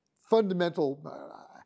fundamental